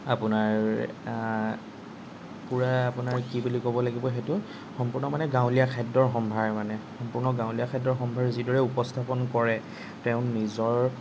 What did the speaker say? আপোনাৰ পূৰা আপোনাৰ কি বুলি ক'ব লাগিব সেইটো সম্পূৰ্ণ মানে গাঁৱলীয়া খাদ্য সম্ভাৰ মানে সম্পূৰ্ণ গাঁৱলীয়া খাদ্য সম্ভাৰ যিদৰে উপস্থাপন কৰে তেওঁ নিজৰ